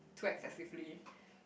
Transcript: too excessively